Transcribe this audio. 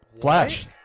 Flash